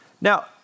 Now